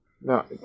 No